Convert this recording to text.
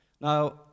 Now